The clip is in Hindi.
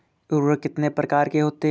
उर्वरक कितने प्रकार के होते हैं?